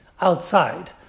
outside